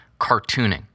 cartooning